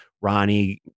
Ronnie